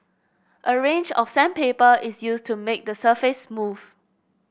a range of sandpaper is used to make the surface smooth